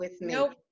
Nope